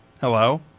Hello